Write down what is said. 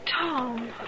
Tom